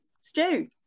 Stu